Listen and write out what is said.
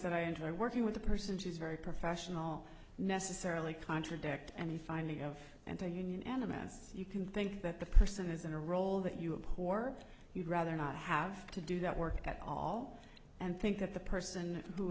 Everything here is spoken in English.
that i enjoy working with the person she's very professional necessarily contradict any finding of anti union elements you can think that the person is in a role that you are poor you'd rather not have to do that work at all and think that the person who